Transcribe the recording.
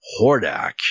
Hordak